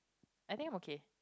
I think I'm okay